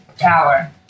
tower